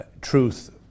truth